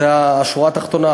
זו השורה התחתונה.